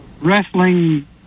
wrestling